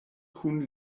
kun